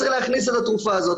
צריך להכניס את התרופה הזאת,